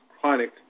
chronic